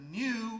new